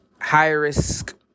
high-risk